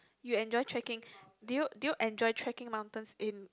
you enjoy trekking do you do you enjoy trekking mountains in